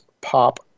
Pop